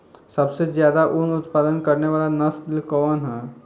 सबसे ज्यादा उन उत्पादन करे वाला नस्ल कवन ह?